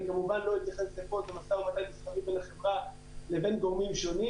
אני כמובן לא אתייחס פה למשא ומתן המתקיים בין החברה לבין גורמים שונים.